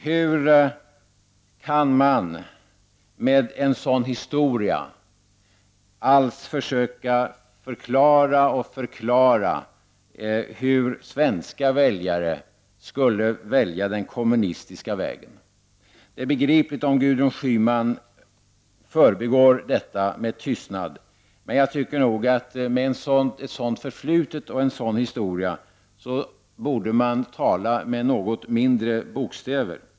Hur kan man med en sådan historia alls försöka förklara hur svenska väljare skulle välja den kommunistiska vägen? Det är begripligt om Gudrun Schyman förbigår detta med tystnad, men jag tycker nog att med ett sådant förflutet och en sådan historia borde man tala med något mindre bokstäver.